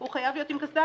הוא חייב להיות עם קסדה,